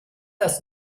das